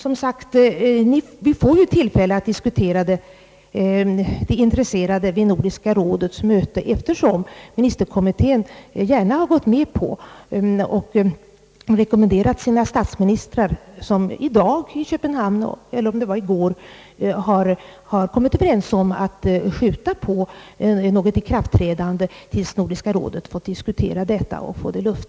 De intresserade får som sagt tillfälle att debattera frågan vid Nordiska rådets möte, eftersom ministerkommittén har rekommenderat och statsministrarna vid mötet i Köpenhamn under gårdagen eller i dag har kommit överens om att skjuta på ikraftträdandet tills Nordiska rådet fått lufta problemet.